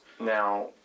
Now